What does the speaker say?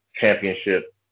championship